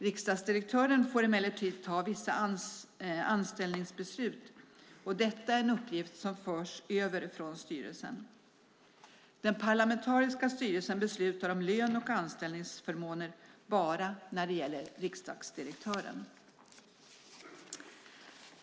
Riksdagsdirektören får emellertid ta vissa anställningsbeslut. Det är en uppgift som förs över från styrelsen. Den parlamentariska styrelsen beslutar om lön och anställningsförmåner bara när det gäller riksdagsdirektören.